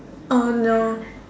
oh no